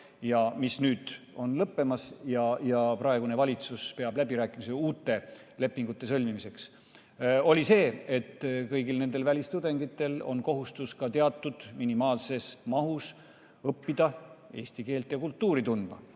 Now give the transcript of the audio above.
mis nüüd on lõppemas. Praegune valitsus peab läbirääkimisi uute lepingute sõlmimiseks. See muudatus oli see, et kõigil välistudengitel on kohustus teatud minimaalses mahus õppida eesti keelt ja kultuuri tundma.